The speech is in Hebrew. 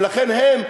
ולכן הם,